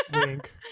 Wink